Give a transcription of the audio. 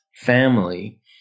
family